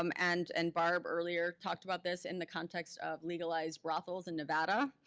um and and barb earlier talked about this in the context of legalized brothels in nevada.